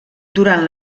durant